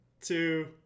two